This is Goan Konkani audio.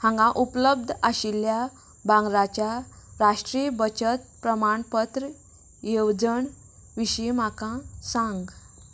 हांगा उपलब्ध आशिल्ल्या भांगराच्या राष्ट्रीय बचत प्रमाणपत्र येवजण विशीं म्हाका सांग